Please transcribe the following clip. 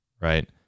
Right